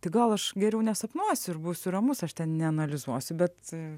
tai gal aš geriau nesapnuosiu ir būsiu ramus aš neanalizuosiu bet